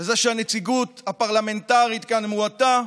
זה שהנציגות הפרלמנטרית כאן מועטה,